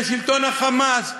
זה שלטון ה"חמאס",